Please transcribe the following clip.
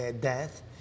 death